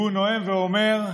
והוא נואם ואומר: